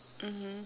mmhmm